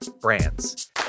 brands